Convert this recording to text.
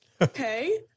okay